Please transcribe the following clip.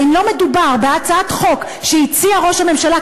ואם לא מדובר בהצעת חוק שהציע ראש הממשלה,